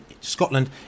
Scotland